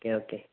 okay okay